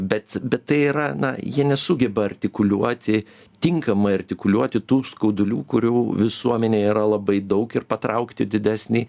bet bet tai yra na jie nesugeba artikuliuoti tinkamai artikuliuoti tų skaudulių kurių visuomenėj yra labai daug ir patraukti didesnį